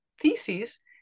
theses